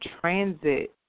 transit